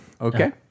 Okay